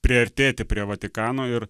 priartėti prie vatikano ir